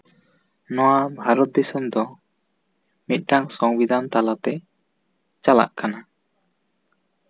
ᱱᱚᱣᱟ ᱵᱷᱟᱨᱚᱛ ᱫᱤᱥᱚᱢ ᱫᱚ ᱢᱤᱫᱴᱟᱝ ᱥᱚᱝᱵᱤᱫᱷᱟᱱ ᱛᱟᱞᱟᱛᱮ ᱪᱟᱞᱟᱜ ᱠᱟᱱᱟ